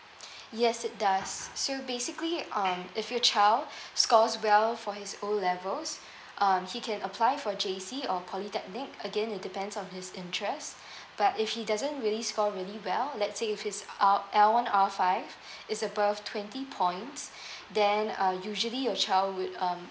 yes it does so basically um if your child scores well for his O levels um he can apply for J_C or polytechnic again it depends on his interest but if he doesn't really score really well let's say if his R L one R five is above twenty points then uh usually your child would um